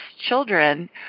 children